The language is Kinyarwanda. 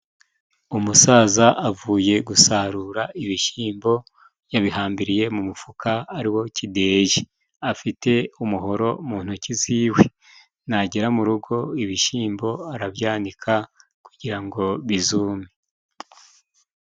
Umusaza avuye gusarura ibishyimbo, Yabihambiriye mu mufuka ariwo kideye. Afite umuhoro mu ntoki ziwe. nagera mu rugo ibishyimbo arabyanika, kugirango bizume.